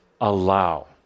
allow